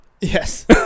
Yes